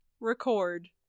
record